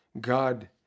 God